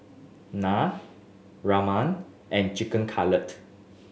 Naan Ramen and Chicken Cutlet